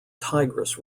tigris